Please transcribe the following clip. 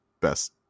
best